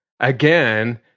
Again